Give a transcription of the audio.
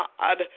God